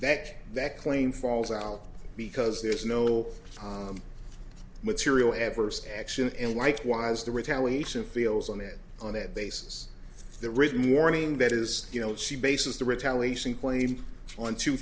that that claim falls out because there's no material adverse action and likewise the retaliation feels on it on that basis the written warning that is she bases the retaliation claim on